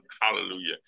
Hallelujah